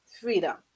freedom